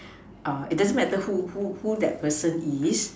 err it doesn't matter who who who that person is